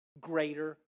greater